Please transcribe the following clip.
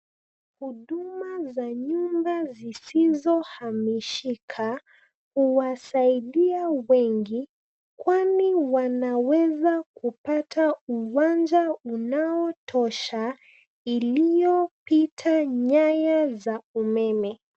Huduma za nyumba zisizohamishika huwasaidaia wengi kwani wanaweza kupata uwanaja unaotosha iliyopita nyaya za umeme.